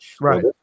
Right